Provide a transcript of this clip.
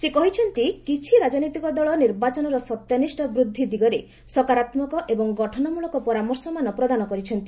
ସେ କହିଛନ୍ତି କିଛି ରାଜନୈତିକ ଦଳ ନିର୍ବାଚନର ସତ୍ୟନିଷ୍ଠା ବୃଦ୍ଧି ଦିଗରେ ସକାରାତ୍ମକ ଏବଂ ଗଠନମୂଳକ ପରାମର୍ଶମାନ ପ୍ରଦାନ କରିଛନ୍ତି